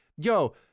yo